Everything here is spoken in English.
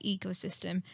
ecosystem